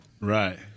right